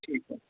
ঠিক আছে